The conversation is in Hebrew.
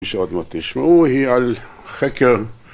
שעוד מעט תשמעו היא על חקר